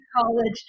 college